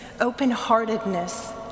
open-heartedness